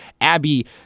Abby